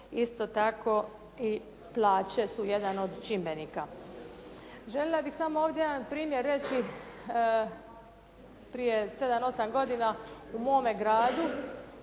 isto tako i plaće su jedna od čimbenika. Željela bih samo jedan primjer reći, prije sedam, osam godina u mome gradu